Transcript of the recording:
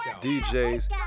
DJs